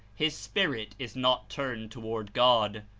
his spirit is not turned toward god,